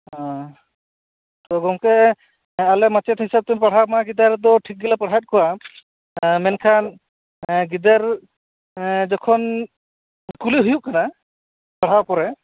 ᱛᱚ ᱜᱚᱢᱠᱮ ᱦᱮᱸ ᱟᱞᱮ ᱢᱟᱪᱮᱫ ᱦᱤᱥᱟᱹᱵ ᱛᱮ ᱯᱟᱲᱦᱟᱣ ᱢᱟ ᱜᱤᱫᱟᱹᱨ ᱫᱚ ᱴᱷᱤᱠ ᱜᱮᱞᱮ ᱯᱟᱲᱦᱟᱣᱮᱫ ᱠᱚᱣᱟ ᱢᱮᱱᱠᱷᱟᱱ ᱜᱤᱫᱟᱹᱨ ᱡᱚᱠᱷᱚᱱ ᱠᱩᱞᱤ ᱦᱩᱭᱩᱜ ᱠᱟᱱᱟ ᱯᱟᱲᱦᱟᱣ ᱯᱚᱨᱮ